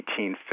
1850